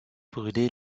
brûlé